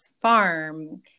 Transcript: farm